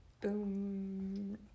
Boom